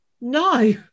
No